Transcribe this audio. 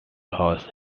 houses